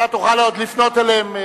אתה תוכל עוד לפנות אליהם.